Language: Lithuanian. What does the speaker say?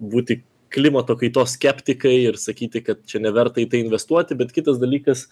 būti klimato kaitos skeptikai ir sakyti kad čia neverta į tai investuoti bet kitas dalykas